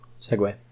segue